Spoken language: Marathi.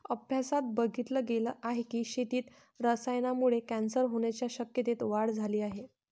अभ्यासात बघितल गेल आहे की, शेतीत रसायनांमुळे कॅन्सर होण्याच्या शक्यतेत वाढ झाली आहे